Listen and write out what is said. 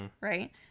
right